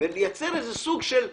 ולייצר סוג של מדרג,